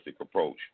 approach